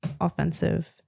offensive